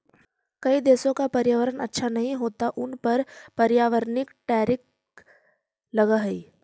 कई देशों का पर्यावरण अच्छा नहीं होता उन पर पर्यावरणिक टैरिफ लगअ हई